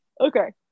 Okay